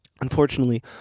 Unfortunately